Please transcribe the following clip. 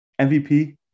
MVP